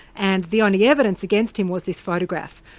and the only evidence against him was this photograph.